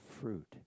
fruit